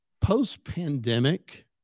Post-pandemic